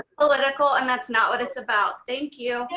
political and that's not what it's about. thank you.